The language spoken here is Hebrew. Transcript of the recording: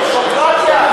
דמוקרטיה.